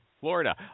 Florida